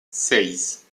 seis